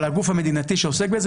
אבל הגוף המדינתי שעוסק בזה,